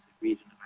region